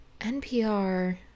NPR